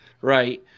right